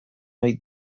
ohi